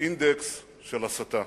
אינדקס של הסתה.